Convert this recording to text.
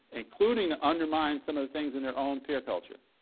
including to undermine some of the things in their own peer culture.